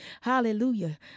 Hallelujah